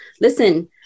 listen